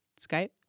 Skype